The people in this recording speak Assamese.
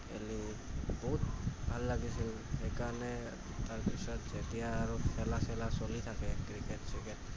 খেলি বহুত ভাল লাগিছিল সেইকাৰণে তাৰপিছত যেতিয়া আৰু খেলা চেলা চলি থাকে ক্ৰিকেট চিকেট